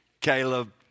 Caleb